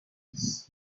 noise